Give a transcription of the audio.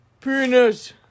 penis